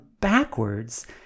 backwards